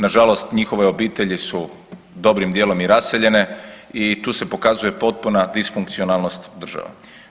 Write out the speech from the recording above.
Na žalost njihove obitelji su dobrim dijelom i raseljene i tu se pokazuje potpuna disfunkcionalnost države.